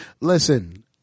Listen